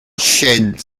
shed